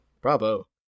Bravo